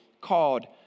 called